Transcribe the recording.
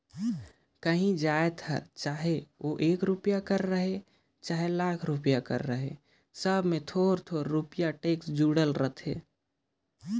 काहीं जाएत हर चहे ओ एक रूपिया कर रहें चहे लाख रूपिया कर रहे सब में थोर थार रूपिया टेक्स जुड़ल रहथे